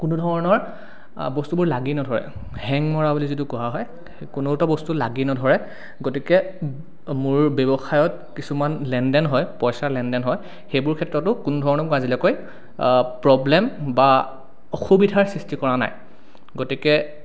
কোনো ধৰণৰ বস্তুবোৰ লাগি নধৰে হেং মৰা বুলি যিটো কোৱা হয় কোনো এটা বস্তু লাগি নধৰে গতিকে মোৰ ব্যৱসায়ত কিছুমান লেনদেন হয় পইচাৰ লেনদেন হয় সেইবোৰ ক্ষেত্ৰটো কোনোধৰণৰ মোৰ আজিলৈকে প্ৰব্লেম বা অসুবিধাৰ সৃষ্টি কৰা নাই গতিকে